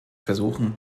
versuchen